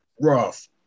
rough